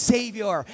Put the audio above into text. Savior